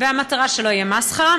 והמטרה שלו היא המסחרה,